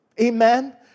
Amen